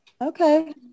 Okay